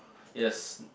yes